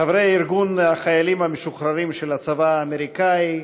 חברי ארגון החיילים המשוחררים של הצבא האמריקני,